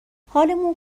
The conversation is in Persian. حالمون